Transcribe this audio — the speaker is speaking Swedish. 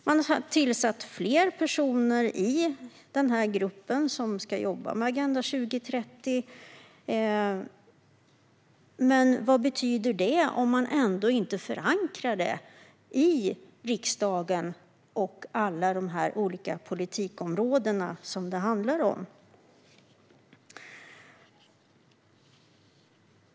Man har tillsatt fler personer i gruppen som ska jobba med Agenda 2030, men vad betyder det om man ändå inte förankrar det i riksdagen och på alla olika politikområdena som det handlar om?